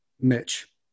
Mitch